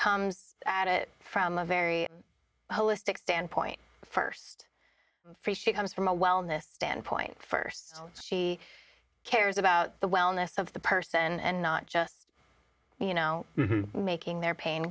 comes at it from a very holistic stand point first for she comes from a wellness standpoint first she cares about the wellness of the person and not just you know making their pain